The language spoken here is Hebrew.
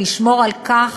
לשמור על כך